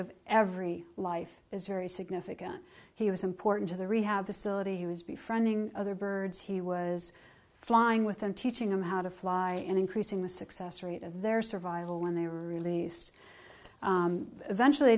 of every life is very significant he was important to the rehab facility he was be friending other birds he was flying with and teaching him how to fly and increasing the success rate of their survival when they were released eventually